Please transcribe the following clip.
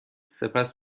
سپس